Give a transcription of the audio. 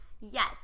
yes